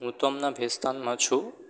હું તો હમણાં ભેસ્તાનમાં છું